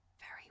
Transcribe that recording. Very